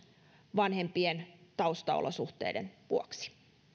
vanhempien taustaolosuhteiden vuoksi